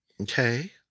Okay